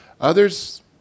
Others